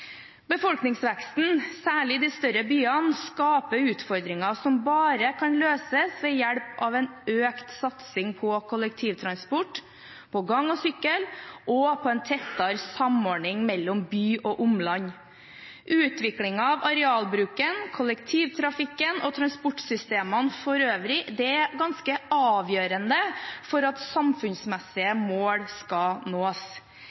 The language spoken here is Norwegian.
Befolkningsveksten, særlig i de større byene, skaper utfordringer som bare kan løses ved hjelp av en økt satsing på kollektivtransport, på gange og sykkel, og på en tettere samordning mellom by og omland. Utviklingen av arealbruken, kollektivtrafikken og transportsystemene for øvrig er ganske avgjørende for at samfunnsmessige mål skal nås.